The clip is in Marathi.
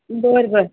बर बर